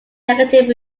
negative